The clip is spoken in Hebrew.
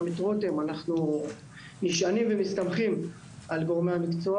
גם את רותם ואנחנו נשענים ומסתמכים על גורמי המקצוע